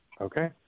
Okay